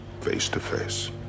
Face-to-face